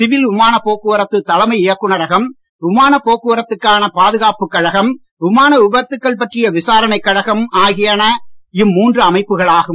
civil விமான போக்குவரத்து தலைமை இயக்குனரகம் விமான போக்குவரத்துக்கான பாதுகாப்புக் கழகம் விமான விபத்துக்கள் பற்றிய விசாரணைக் கழகம் ஆகியன இம்மூன்று அமைப்புகளாகும்